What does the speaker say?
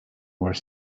were